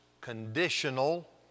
conditional